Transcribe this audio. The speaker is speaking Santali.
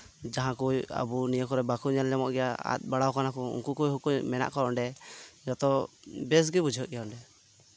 ᱡᱟᱦᱟᱸ ᱠᱚ ᱟᱹᱵᱩ ᱱᱤᱭᱟᱹ ᱠᱚᱨᱮᱜ ᱵᱟᱠᱚ ᱧᱮᱞ ᱧᱟᱢᱚᱜ ᱜᱮᱭᱟ ᱟᱫ ᱵᱟᱲᱟ ᱠᱟᱱᱟ ᱠᱚ ᱩᱱᱠᱩ ᱠᱚᱜᱮ ᱢᱮᱱᱟᱜ ᱠᱚᱣᱟ ᱚᱸᱰᱮ ᱡᱚᱛᱚ ᱵᱮᱥ ᱜᱮ ᱵᱩᱡᱷᱟᱹᱜ ᱜᱮᱭᱟ ᱚᱸᱰᱮ